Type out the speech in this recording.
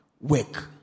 work